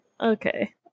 okay